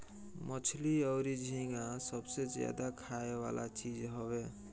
मछली अउरी झींगा सबसे ज्यादा खाए वाला चीज हवे